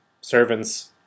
servants